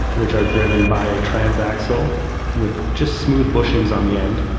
which are driven by a trans axle with just smooth bushings on the end,